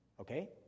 Okay